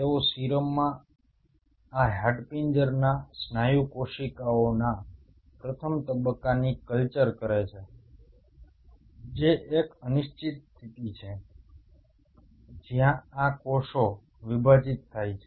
તેઓ સીરમમાં આ હાડપિંજરના સ્નાયુ કોશિકાઓના પ્રથમ તબક્કાની કલ્ચર કરે છે જે એક અનિશ્ચિત સ્થિતિ છે જ્યાં આ કોષો વિભાજિત થાય છે